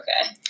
okay